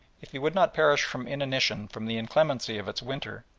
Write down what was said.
if he would not perish from inanition from the inclemency of its winter,